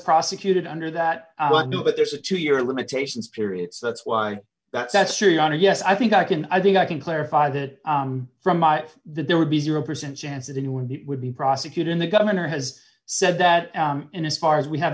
prosecuted under that but no but there's a two year limitations period so that's why that's that's true on a yes i think i can i think i can clarify that from my that there would be zero percent chance that anyone would be prosecuted the governor has said that in his far as we have